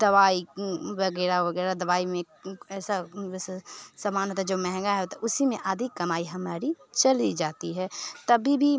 दवाई वग़ैरह वग़ैरह दवाई में ऐसा वैसा सामान्यतः जो महंगा होता उसी में आधी कमाई हमारी चली जाती है तभी भी